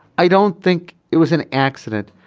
i don't think it was an accident.